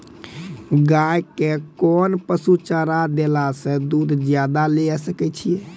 गाय के कोंन पसुचारा देला से दूध ज्यादा लिये सकय छियै?